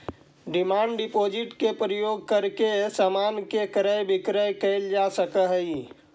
demand deposit के प्रयोग करके समान के क्रय विक्रय कैल जा सकऽ हई